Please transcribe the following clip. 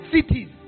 cities